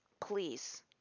Please